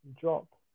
drop